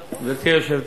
בבקשה.